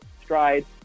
stride